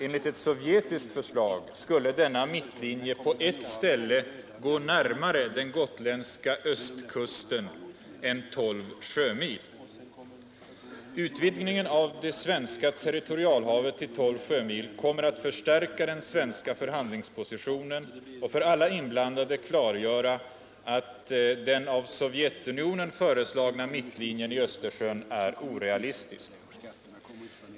Enligt ett sovjetiskt förslag skulle denna mittlinje på ett ställe gå närmare den gotländska östkusten än tolv sjömil. Utvidgningen av det svenska territorialhavet till tolv sjömil kommer att förstärka den svenska förhandlingspositionen och för alla inblandade klargöra att den av Sovjetunionen föreslagna mittlinjen i Östersjön är orealistisk.